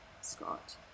Scott